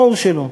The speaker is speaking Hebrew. ברור שלא.